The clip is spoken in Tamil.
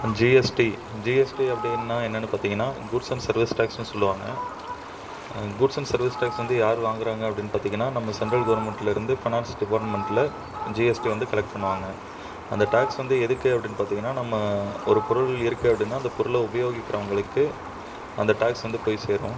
ஜிஎஸ்டி ஜிஎஸ்டி அப்படின்னா என்னென்னு பார்த்தீங்கன்னா கூட்ஸ் அண்ட் சர்வீஸ் டேக்ஸ்னு சொல்லுவாங்க கூட்ஸ் அண்ட் சர்வீஸ் டேக்ஸ் வந்து யார் வாங்கிறாங்க அப்படின்னு பார்த்தீங்கன்னா நம்ம சென்ட்ரல் கவர்மெண்ட்லிருந்து ஃபினான்ஸ் டிபார்ட்மெண்ட்டில் ஜிஎஸ்டி வந்து கலெக்ட் பண்ணுவாங்க அந்த டேக்ஸ் வந்து எதுக்கு அப்படின்னு பார்த்தீங்கன்னா நம்ம ஒரு பொருள் இருக்குது அப்படின்னா அந்தப் பொருளை உபயோகிக்கிறவர்களுக்கு அந்த டேக்ஸ் வந்து போய் சேரும்